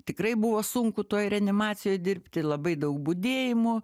tikrai buvo sunku toj reanimacijoj dirbti labai daug budėjimų